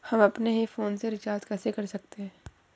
हम अपने ही फोन से रिचार्ज कैसे कर सकते हैं?